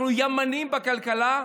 אנחנו ימנים בכלכלה.